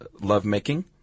lovemaking